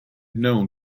known